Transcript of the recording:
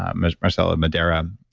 um marcella madera,